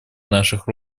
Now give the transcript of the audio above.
наших